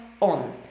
on